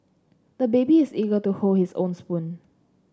the baby is eager to hold his own spoon